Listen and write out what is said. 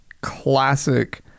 classic